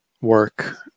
work